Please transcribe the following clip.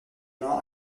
bains